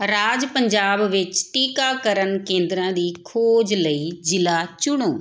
ਰਾਜ ਪੰਜਾਬ ਵਿੱਚ ਟੀਕਾਕਰਨ ਕੇਂਦਰਾਂ ਦੀ ਖੋਜ ਲਈ ਜ਼ਿਲ੍ਹਾ ਚੁਣੋ